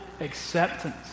acceptance